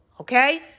Okay